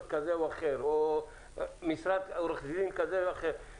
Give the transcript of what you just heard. כזה או אחר או משרד עורך דין כזה או אחר.